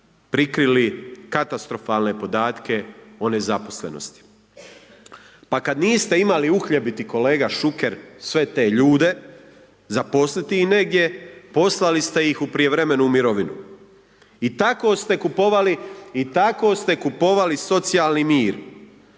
prikrili katastrofalne podatke o nezaposlenosti. Pa kad niste imali uhljebiti, kolega Šuker, sve te ljude zaposliti ih negdje poslali ste ih u prijevremenu mirovinu. I tako ste kupovali, i